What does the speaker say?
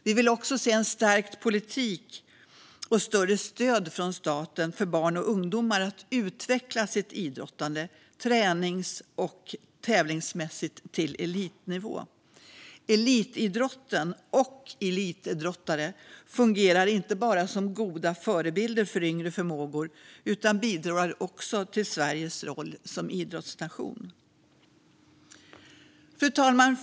Vi vill också se stärkt politik och ett större stöd från staten för att barn och ungdomar ska utveckla sitt idrottande tränings och tävlingsmässigt till elitnivå. Elitidrotten och elitidrottare fungerar inte bara som goda förebilder för yngre förmågor utan bidrar också till Sveriges roll som idrottsnation. Fru talman!